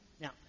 Now